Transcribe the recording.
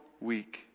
week